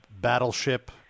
battleship